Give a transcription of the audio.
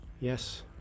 Yes